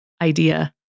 idea